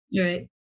Right